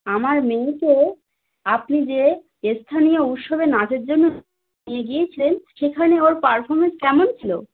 আমার মেয়েকে আপনি যে স্থানীয় উৎসবে নাচের জন্য নিয়ে গিয়েছিলেন সেখানে ওর পারফরমেন্স কেমন ছিলো